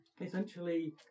essentially